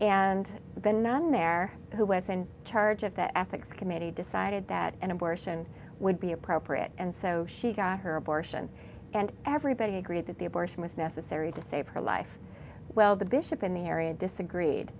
and then none there who was in charge of the ethics committee decided that an abortion would be appropriate and so she got her abortion and everybody agreed that the abortion was necessary to save her life well the bishop in the area disagreed